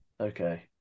Okay